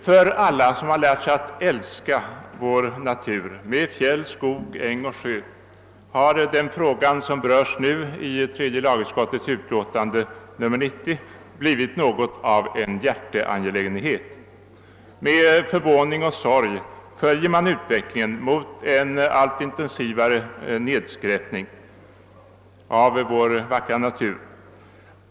För alla som lärt sig att älska vår natur med fjäll, skog, äng och sjö har den fråga som berörs i tredje lagutskottets utlåtande nr 90 blivit något av en hjärteangelägenhet. Med förvåning och sorg följer man utvecklingen mot en allt intensivare nedskräpning av vår vackra natur.